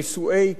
נישואי קטינות,